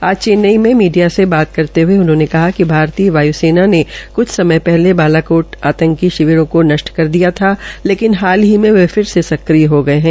आज चेन्नई मे मीडिया से बात करते हये उन्होंने कहा कि भारतीय वायुसेना ने कुछ समय पहले बालाकोट आंतकी शिविररों को नष्ट कर दिया था लेकिन हाल ही में वे फिर से सक्रिय हो गये है